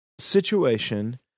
situation